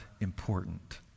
important